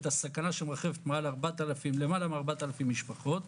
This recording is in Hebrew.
ואת הסכנה שמרחפת למעלה מ-4,000 משפחות,